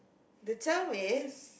the term is